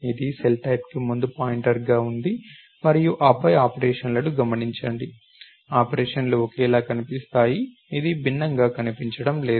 ఇది సెల్టైప్కు ముందు పాయింటర్గా ఉంది మరియు ఆపై ఆపరేషన్లను గమనించండి ఆపరేషన్లు ఒకేలా కనిపిస్తాయి ఇది భిన్నంగా కనిపించడం లేదు